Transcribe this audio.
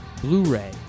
Blu-ray